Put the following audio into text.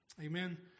Amen